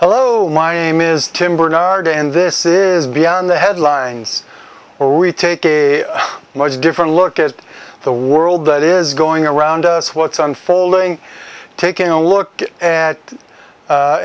hello my name is tim bernard and this is beyond the headlines or we take a much different look at the world that is going around us what's unfolding taking a look at u